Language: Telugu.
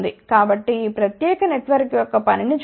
కాబట్టి ఈ ప్రత్యేక నెట్వర్క్ యొక్క పనిని చూద్దాం